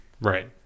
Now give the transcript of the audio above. Right